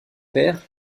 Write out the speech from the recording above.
père